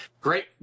Great